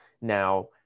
now